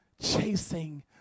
chasing